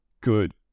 good